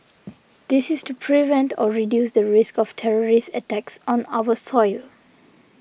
this is to prevent or reduce the risk of terrorist attacks on our soil